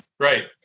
Right